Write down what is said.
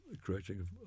creating